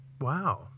Wow